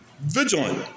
vigilant